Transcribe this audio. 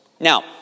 Now